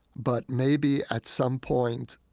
but maybe, at some point,